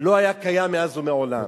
לא היה קיים מאז ומעולם.